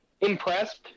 impressed